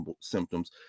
symptoms